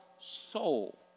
soul